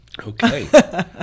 okay